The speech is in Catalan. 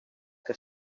que